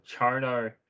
Chono